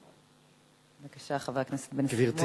בבקשה, חבר הכנסת בן-סימון.